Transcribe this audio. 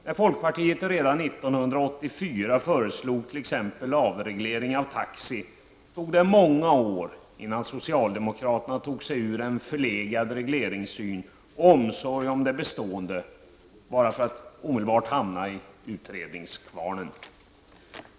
När folkpartiet redan 1984 föreslog t.ex. avreglering av taxi tog det många år innan socialdemokraterna tog sig ur en förlegad regleringssyn och omsorg om det bestående, bara för att omedelbart hamna i utredningskvarnen.